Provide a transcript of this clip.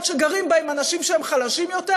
שגרים בהם אנשים שהם חלשים יותר,